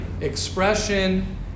expression